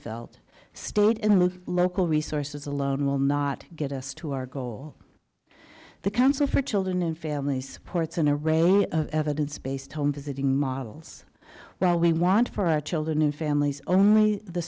felt stored in those local resources alone will not get us to our goal the council for children and families supports in a range of evidence based home visiting models well we want for our children and families only the